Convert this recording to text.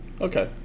Okay